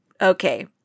Okay